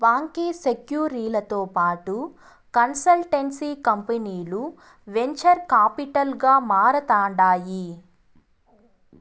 బాంకీ సెక్యూరీలతో పాటు కన్సల్టెన్సీ కంపనీలు వెంచర్ కాపిటల్ గా మారతాండాయి